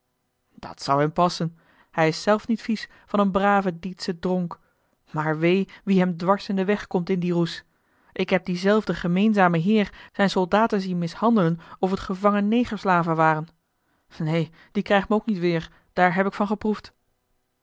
dat zou hem passen hij is zelf niet vies van een braven dietschen dronk maar wee wie hem dwars in den weg komt in dien roes ik heb dienzelfden gemeenzamen heer zijne soldaten zien mishandelen of het gevangen negerslaven waren neen die krijgt me ook niet weêr daar heb ik van geproefd